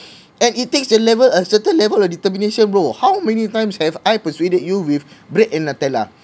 and it takes the level a certain level of determination bro how many times have I persuaded you with bread and nutella